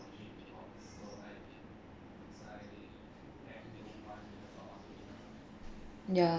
ya